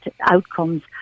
outcomes